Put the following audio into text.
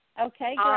Okay